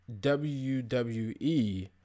WWE